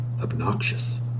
obnoxious